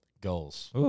goals